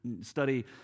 Study